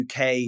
uk